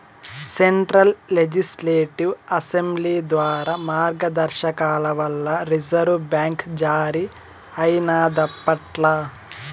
central legislative assembly ద్వారా మార్గదర్శకాల వల్ల రిజర్వు బ్యాంక్ జారీ అయినాదప్పట్ల